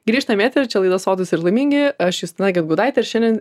grįžtam į eterį čia laida sotūs ir laimingi aš justina gedgaudaitė ir šiandien